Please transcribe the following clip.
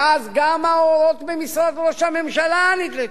ואז גם האורות במשרד ראש הממשלה נדלקו.